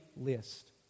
List